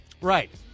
Right